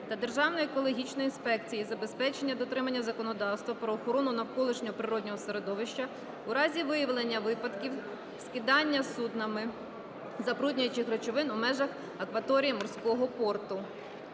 та Державної екологічної інспекції із забезпечення дотримання законодавства про охорону навколишнього природного середовища у разі виявлення випадків скидання суднами забруднюючих речовин у межах акваторії морського порту.